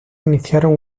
iniciaron